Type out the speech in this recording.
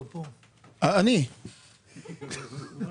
אני אומר לכם,